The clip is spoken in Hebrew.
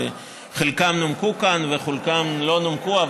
שחלקן נומקו כאן וחלקן לא נומקו,